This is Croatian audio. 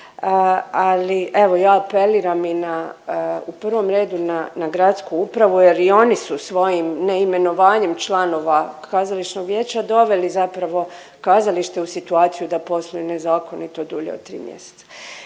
Ali evo ja apeliram i na, u prvom redu na gradsku upravu jer i oni su svojim neimenovanjem članova kazališnog vijeća doveli zapravo kazalište u situaciju da posluje nezakonito dulje od 3 mjeseca.